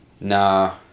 nah